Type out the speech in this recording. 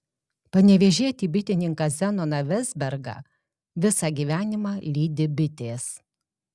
panevėžietį bitininką zenoną vezbergą visą gyvenimą lydi bitės